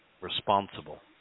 responsible